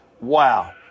Wow